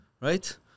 Right